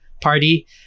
Party